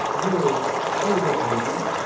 no i'll not meddle.